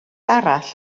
arall